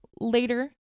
later